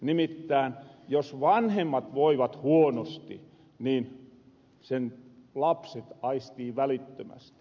nimittään jos vanhemmat voivat huonosti niin sen lapset aistii välittömästi